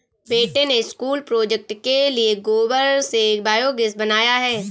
बेटे ने school project के लिए गोबर से बायोगैस बनाया है